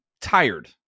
tired